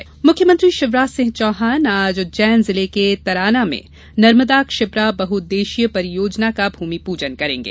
Narmada link मुख्यमंत्री शिवराज सिंह चौहान आज उज्जैन जिले के तराना में नर्मदा शिप्रा बहुउद्देशीय परियोजना का भूमिपूजन करेंगे